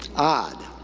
odd.